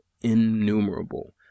innumerable